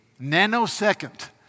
nanosecond